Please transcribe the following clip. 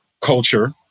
culture